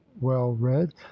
well-read